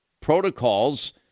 protocols